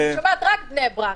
אני שומעת רק בני ברק.